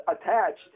attached